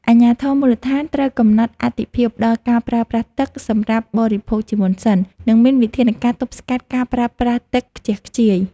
អាជ្ញាធរមូលដ្ឋានត្រូវកំណត់អាទិភាពដល់ការប្រើប្រាស់ទឹកសម្រាប់បរិភោគជាមុនសិន និងមានវិធានការទប់ស្កាត់ការប្រើប្រាស់ទឹកខ្ជះខ្ជាយ។